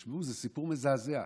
תשמעו, זה סיפור מזעזע.